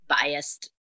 biased